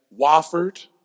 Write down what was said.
Wofford